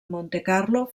montecarlo